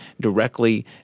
directly